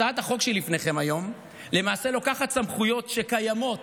הצעת החוק שלפניכם היום למעשה לוקחת סמכויות שקיימות